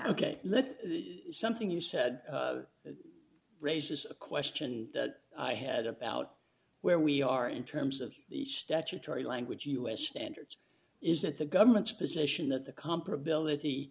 at something you said raises a question that i had about where we are in terms of the statutory language u s standards is that the government's position that the comparability